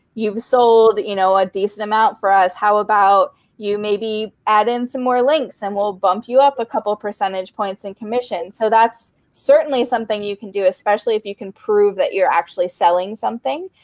you've so sold you know a decent amount for us. how about you maybe add in some more links and we'll bump you up a couple percentage points in commissions? so that's certainly something you can do, especially if you can prove that you're actually selling something.